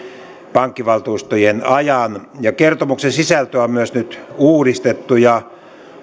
pankkivaltuustojen ajan kertomuksen sisältöä on nyt myös uudistettu ja